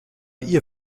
ihr